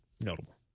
notable